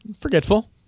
Forgetful